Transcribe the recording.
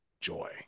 joy